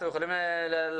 אנחנו מצביעים על